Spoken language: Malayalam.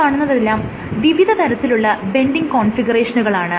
ഈ കാണുന്നതെല്ലാം വിവിധ തരത്തിലുള്ള ബെൻഡിങ് കോൺഫിഗറേഷനുകളാണ്